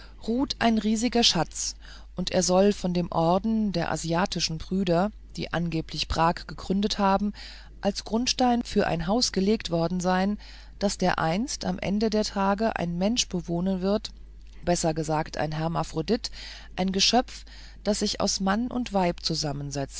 ruht ein riesiger schatz und er soll von dem orden der asiatischen brüder die angeblich prag gegründet haben als grundstein für ein haus gelegt worden sein das dereinst am ende der tage ein mensch bewohnen wird besser gesagt ein hermaphrodit ein geschöpf das sich aus mann und weib zusammensetzt